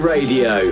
Radio